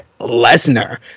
Lesnar